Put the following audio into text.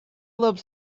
love